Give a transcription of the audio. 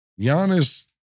Giannis